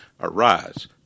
arise